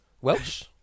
Welsh